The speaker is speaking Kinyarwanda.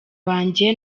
banjye